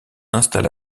installa